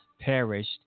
perished